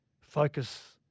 focus